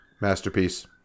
Masterpiece